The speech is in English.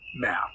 math